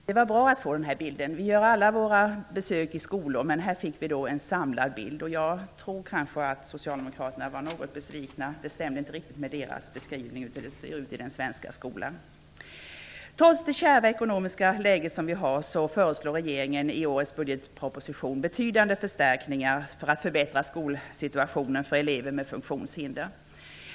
Det var bra att få den här bilden. Vi gör alla våra besök i skolor, men här fick vi en samlad bild. Jag tror kanske att socialdemokraterna i utskottet var något besvikna, eftersom det inte riktigt stämde med deras beskrivning av hur det ser ut i den svenska skolan. Trots det kärva ekonomiska läget föreslår regeringen i årets budgetproposition betydande förstärkningar för att förbättra skolsituationen för elever med funktionshinder.